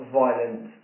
violent